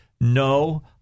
No